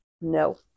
no